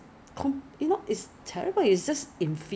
because you have to consolidate right because Taobao is all over china